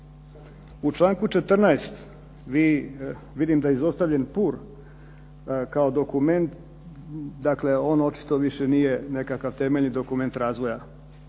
U članku 14. vidim da je izostavljen PUR dokument. Dakle, on očito više nije nekakav dokument razvoja